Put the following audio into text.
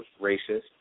racist